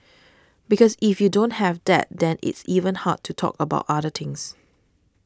because if you don't have that then it's even hard to talk about other things